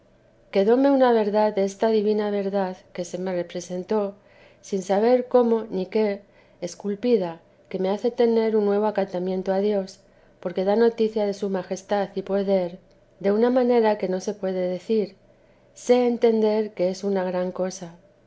esto quedóme una verdad desta divina verdad que se me representó sin saber cómo ni qué esculpida que me hace tener un nuevo acatamiento a dios porque da noticia de su majestad y poder de una manera que no se puede decir sé entender que es una gran cosa